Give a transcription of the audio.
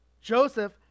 Joseph